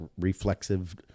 reflexive